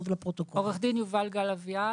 עורך דין יובל גל אביעד,